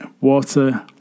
water